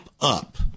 up